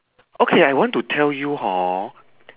okay I want to tell you hor